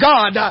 God